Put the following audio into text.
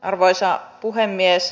arvoisa puhemies